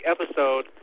episode